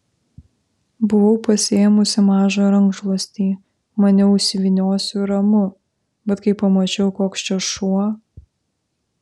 buvau pasiėmusi mažą rankšluostį maniau įsivyniosiu ir ramu bet kai pamačiau koks čia šuo